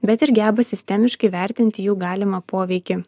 bet ir geba sistemiškai įvertinti jų galimą poveikį